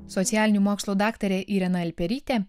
socialinių mokslų daktarė irena alperytė